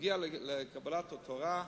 כשהגיעו לקבלת התורה,